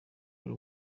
y’u